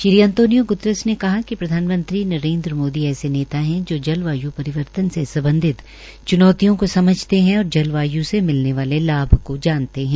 Shri Antonio Guterres ने कहा कि प्रधानमंत्री नरेन्द्र मोदी ऐसे नेता है जो जलवाय् परिवर्तन से सम्बधित च्नौतियों को समझते है और जलवाय् से मिलने वाले लाभ को जानते है